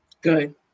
Good